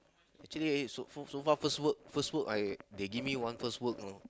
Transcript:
actually so so so far first work first work I they give me one first work know